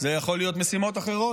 זה יכול להיות משימות אחרות,